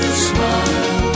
smile